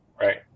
right